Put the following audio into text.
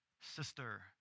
Sister